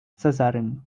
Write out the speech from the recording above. cezarym